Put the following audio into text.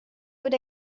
good